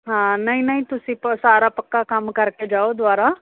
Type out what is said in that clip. ਹਾਂ ਨਹੀਂ ਨਹੀਂ ਤੁਸੀਂ ਪ ਸਾਰਾ ਪੱਕਾ ਕੰਮ ਕਰਕੇ ਜਾਓ ਦੁਬਾਰਾ